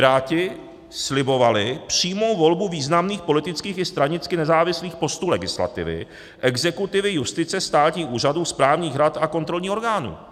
Piráti slibovali přímou volbu významných politických i stranicky nezávislých postů legislativy, exekutivy, justice, státních úřadů, správních rad a kontrolních orgánů.